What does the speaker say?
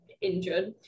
injured